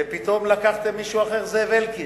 ופתאום לקחתם מישהו אחר, זאב אלקין.